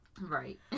Right